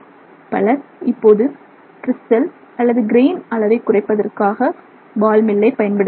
பலர் இப்போது கிரிஸ்டல் அல்லது கிரெயின் அளவை குறைப்பதற்காக பால் மில்லை பயன்படுத்துகிறார்கள்